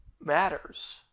matters